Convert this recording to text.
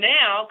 now